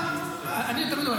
אני תמיד אומר,